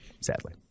sadly